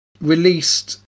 released